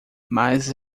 mas